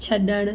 छड॒णु